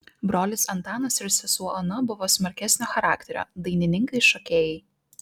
brolis antanas ir sesuo ona buvo smarkesnio charakterio dainininkai šokėjai